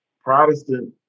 Protestant